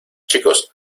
chicos